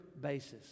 basis